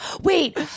wait